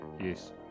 Yes